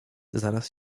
zaraz